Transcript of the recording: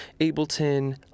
Ableton